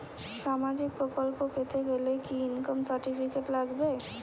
সামাজীক প্রকল্প পেতে গেলে কি ইনকাম সার্টিফিকেট লাগবে?